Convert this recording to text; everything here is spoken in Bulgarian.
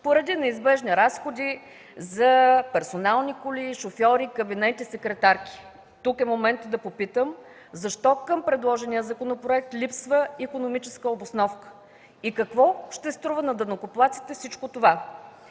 поради неизбежни разходи за персонални коли, шофьори, кабинети, секретарки. Тук е моментът да попитам защо към предложения законопроект липсва икономическа обосновка? Какво ще струва на данъкоплатеца всичко това?